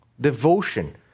Devotion